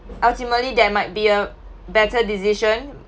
ultimately there might be a better decision